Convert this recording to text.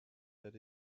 that